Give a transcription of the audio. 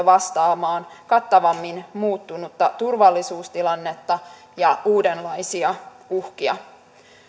vastaamaan kattavammin muuttunutta turvallisuustilannetta ja uudenlaisia uhkia